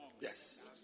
Yes